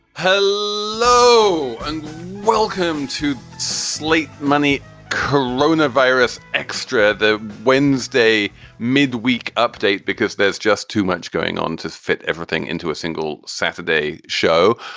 hello and welcome to slate. money corona virus. extra the wednesday mid week update because there's just too much going on to fit everything into a single saturday show.